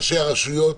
ראשי הרשויות,